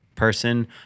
Person